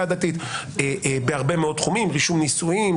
הדתית בהרבה מאוד תחומים: רישום נישואים,